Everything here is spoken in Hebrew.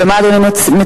ומה אדוני מציע?